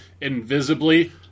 invisibly